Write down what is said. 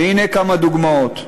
והנה כמה דוגמאות.